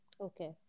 Okay